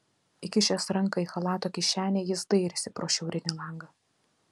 įkišęs ranką į chalato kišenę jis dairėsi pro šiaurinį langą